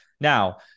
Now